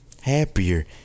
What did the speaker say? happier